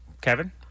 Kevin